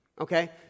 Okay